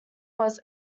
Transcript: was